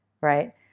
right